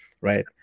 right